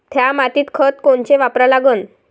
थ्या मातीत खतं कोनचे वापरा लागन?